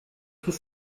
tout